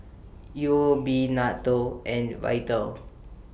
U O B NATO and Vital